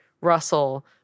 Russell